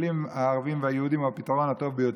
הערבים והיהודים, היא הפתרון הטוב ביותר.